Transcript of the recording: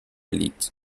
liegt